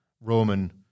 Roman